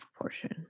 portion